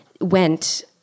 went